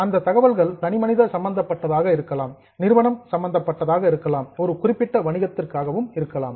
அந்த தகவல்கள் தனிமனித சம்பந்தப்பட்டதாக இருக்கலாம் நிறுவனம் சம்பந்தப்பட்டதாக இருக்கலாம் ஒரு குறிப்பிட்ட வணிகத்திற்காக இருக்கலாம்